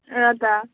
र त